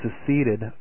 seceded